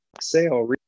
sale